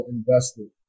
invested